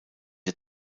der